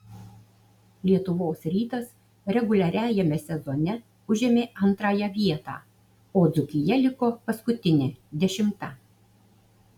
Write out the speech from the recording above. lietuvos rytas reguliariajame sezone užėmė antrąją vietą o dzūkija liko paskutinė dešimta